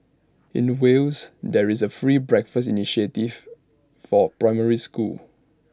in Wales there is A free breakfast initiative for primary schools